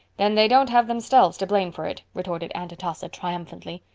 then they don't have themselves to blame for it, retorted aunt atossa triumphantly.